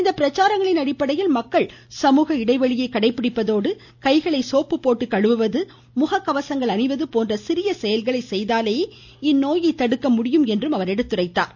இந்த பிரச்சாரங்களின் அடிப்படையில் மக்கள் சமூக இடைவெளியை கடைபிடிப்பதோடு கைகளை சோப்பு போட்டு கழுவுவது முக கவசங்கள் அணிவது போன்ற சிறிய செயல்களை செய்தாலே இந்நோயை தடுக்க முடியும் என்றார்